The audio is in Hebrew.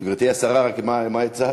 גברתי השרה, רק, מה הצעת?